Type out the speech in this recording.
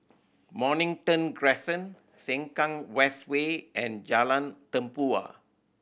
Mornington Crescent Sengkang West Way and Jalan Tempua